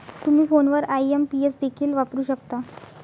तुम्ही फोनवर आई.एम.पी.एस देखील वापरू शकता